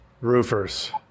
roofers